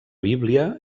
bíblia